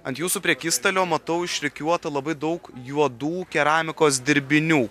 ant jūsų prekystalio matau išrikiuota labai daug juodų keramikos dirbinių